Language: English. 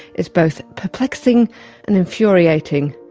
is both perplexing and infuriating.